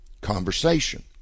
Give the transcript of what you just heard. conversation